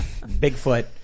Bigfoot